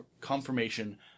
confirmation